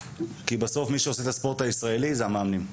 כי בסוף מי שעושה את הספורט הישראלי הם המאמנים.